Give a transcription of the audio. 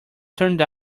turned